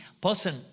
person